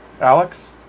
Alex